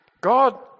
God